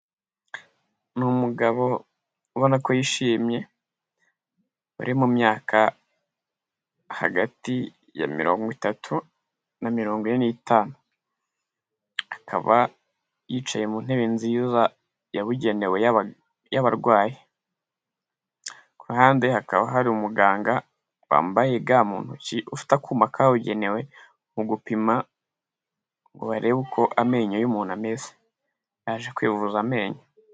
Ni umugabo ubona ko yishimye uri mu myaka hagati ya mirongo itatu na mirongo ine n'itanu, akaba yicaye mu ntebe nziza yabugenewe y'abarwayi, ku ruhande hakaba hari umuganga wambaye ga mu ntoki ufite akuma kabugenewe mu gupima ngo barebe uko amenyo y'umuntu ameze, yaje kwivuza amenyo.